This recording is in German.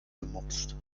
gemopst